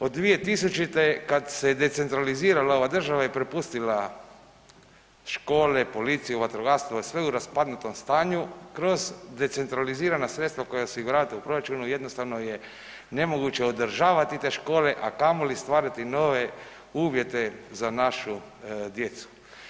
Od 2000. kad se decentralizirala ova država i prepustila škole, policiju, vatrogastvo, sve u raspadnutom stanju, kroz decentralizirana sredstva koja osiguravate u proračunu jednostavno je nemoguće održavati te škole, a kamoli stvarati nove uvjete za našu djecu.